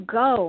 go